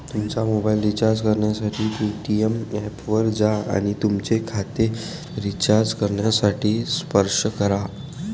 तुमचा mobile recharge करण्यासाठी Paytm ऐपवर जा आणि तुमचे खाते रिचार्ज करण्यासाठी स्पर्श करा